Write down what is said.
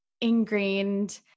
ingrained